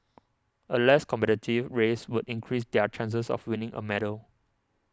a less competitive race would increase their chances of winning a medal